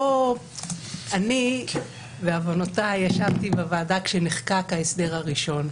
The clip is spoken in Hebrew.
אני בעוונותיי ישבתי בוועדה כשנחקק ההסדר הראשון,